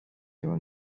them